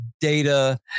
data